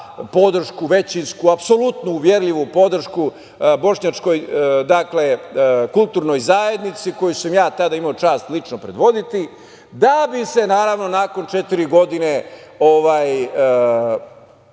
podršku većinsku, apsolutnu, uverljivu podršku Bošnjačkoj kulturnoj zajednici, koju sam ja tada imao čast lično predvoditi, da bi se, naravno, nakon četiri godine